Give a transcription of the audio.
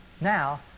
Now